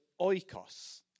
oikos